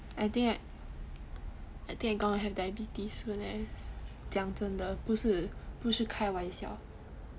I think I I think I going to have diabetes soon leh 讲真的不是开玩笑